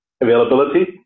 Availability